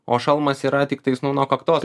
o šalmas yra tiktais nu nuo kaktos